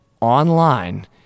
online